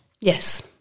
Yes